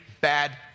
bad